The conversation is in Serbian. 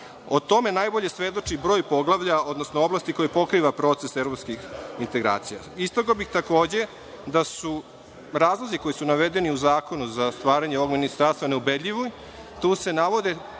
O tome najbolje svedoči broj poglavlja, odnosno oblasti koje pokriva proces evropskih integracija. Istakao bih, takođe, da su razlozi koji su navedeni u zakonu za stvaranje ovog ministarstva neubedljivi. Tu se navode,